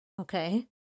Okay